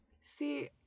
See